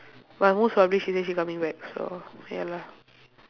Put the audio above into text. but most probably she say she coming back so ya lah